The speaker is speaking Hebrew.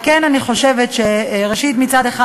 מצד אחד,